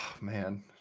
man